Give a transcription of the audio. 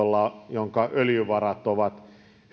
jonka öljyvarat ovat